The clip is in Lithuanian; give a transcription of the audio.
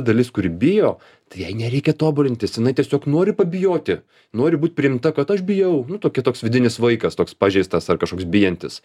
dalis kuri bijo tai jai nereikia tobulintis jinai tiesiog nori pabijoti nori būt priimta kad aš bijau nu tokia toks vidinis vaikas toks pažeistas ar kažkoks bijantis